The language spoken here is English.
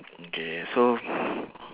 okay so